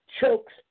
chokes